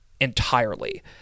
entirely